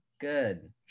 good